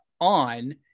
on